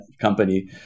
company